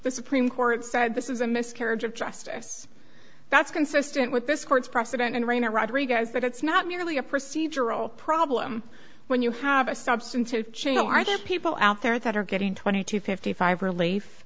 the supreme court said this is a miscarriage of justice that's consistent at this court's precedent and rainer rodriguez that it's not merely a procedural problem when you have a substantive change i get people out there that are getting twenty to fifty five relief